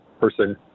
person